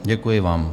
Děkuji vám.